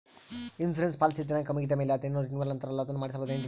Insurance ಪಾಲಿಸಿಯ ದಿನಾಂಕ ಮುಗಿದ ಮೇಲೆ ಅದೇನೋ ರಿನೀವಲ್ ಅಂತಾರಲ್ಲ ಅದನ್ನು ಮಾಡಿಸಬಹುದೇನ್ರಿ?